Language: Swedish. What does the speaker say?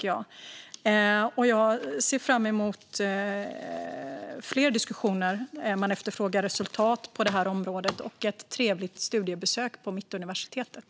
Jag ser fram emot fler diskussioner - man efterfrågar resultat på detta område - och ett trevligt studiebesök på Mittuniversitetet.